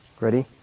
Ready